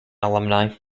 alumni